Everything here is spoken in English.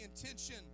intention